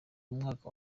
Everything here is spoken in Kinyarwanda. mwaka